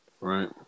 Right